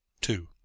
Two